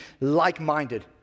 like-minded